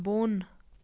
بوٚن